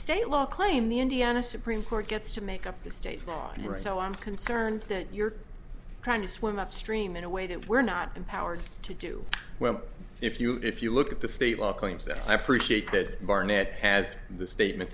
state law claim the indiana supreme court gets to make up the state's law and so i'm concerned that you're trying to swim upstream in a way that we're not empowered to do well if you if you look at the state law claims that i appreciate that barnett has the statement